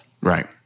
Right